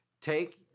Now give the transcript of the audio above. take